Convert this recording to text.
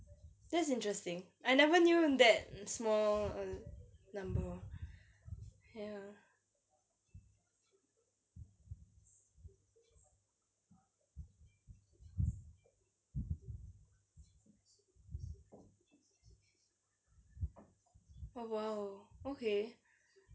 that's interesting I never knew that small number ya oh !wow! okay